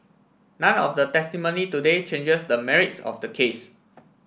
none of the testimony today changes the merits of the case